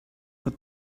but